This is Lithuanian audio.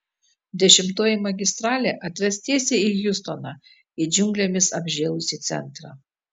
dešimtoji magistralė atves tiesiai į hjustoną į džiunglėmis apžėlusį centrą